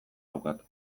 daukat